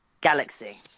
Galaxy